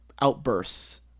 outbursts